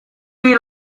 die